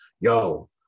yo